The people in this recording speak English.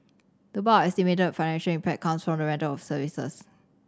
the bulk of the estimated financial impact comes from the rental of facilities